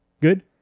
Good